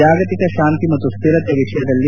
ಜಾಗತಿಕ ಶಾಂತಿ ಮತ್ತು ಸ್ಟಿರತೆ ವಿಷಯದಲ್ಲಿ